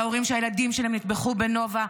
להורים שהילדים שלהם נטבחו בנובה,